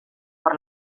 por